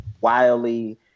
wildly